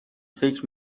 فکر